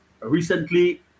Recently